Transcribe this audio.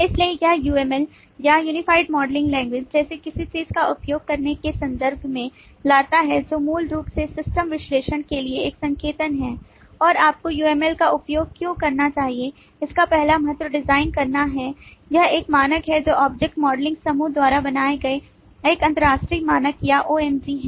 इसलिए यह UML या Unified Modelling Language जैसी किसी चीज़ का उपयोग करने के संदर्भ में लाता है जो मूल रूप से सिस्टम विश्लेषण के लिए एक संकेतन है और आपको UML का उपयोग क्यों करना चाहिए इसका पहला महत्व डिज़ाइन करना है यह एक मानक है जो ऑब्जेक्ट मॉडलिंग समूह द्वारा बनाए गए एक अंतर्राष्ट्रीय मानक या OMG है